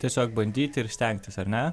tiesiog bandyti ir stengtis ar ne